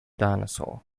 dinosaur